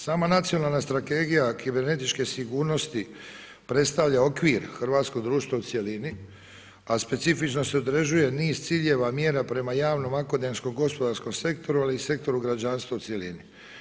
Sama Nacionalna strategija kibernetičke sigurnosti predstavlja okvir hrvatsko društvo u cjelini a specifično se određuje niz ciljeva, mjera prema javnom akademsko-gospodarsko sektoru ali i sektoru građanstva u cjelini.